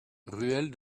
ruelle